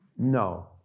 No